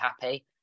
happy